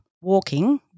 walking